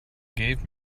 gave